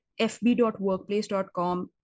fb.workplace.com